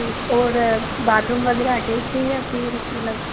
ठीक और बाथरूम वग़ैरह अटेच है या फिर मतलब